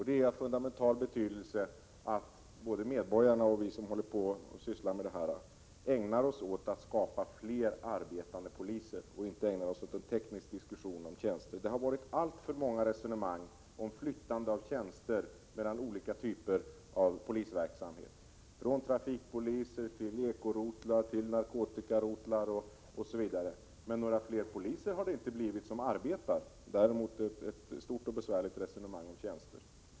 Det är av fundamental betydelse att både medborgarna och vi som sysslar med den här frågan ägnar oss åt att få fler arbetande poliser, och inte ägnar oss åt en teknisk diskussion om tjänster. Det har varit alltför många resonemang om flyttande av tjänster mellan olika typer av polisverksamhet — från trafikpolis till ekorotlar, till narkotikarotlar osv. Några fler poliser som arbetar har det inte blivit, däremot ett stort och besvärligt resonemang om tjänster.